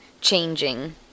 changing